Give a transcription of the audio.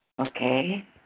Okay